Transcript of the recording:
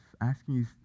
asking